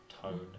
tone